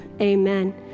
amen